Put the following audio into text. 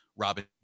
Robin